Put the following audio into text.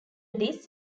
this